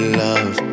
love